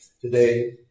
Today